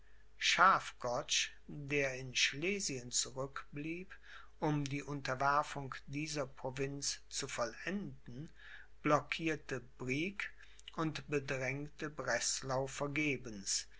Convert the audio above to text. schafgotsch der in schlesien zurückblieb um die unterwerfung dieser provinz zu vollenden blokierte brieg und bedrängte breslau vergebens